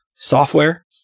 software